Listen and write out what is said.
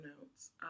notes